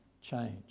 change